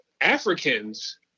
Africans